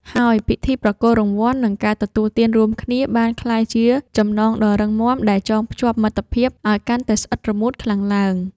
ហើយពិធីប្រគល់រង្វាន់ និងការទទួលទានរួមគ្នា បានក្លាយជាចំណងដ៏រឹងមាំដែលចងភ្ជាប់មិត្តភាពឱ្យកាន់តែស្អិតរមួតខ្លាំងឡើង។